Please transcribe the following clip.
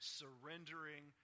surrendering